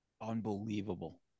Unbelievable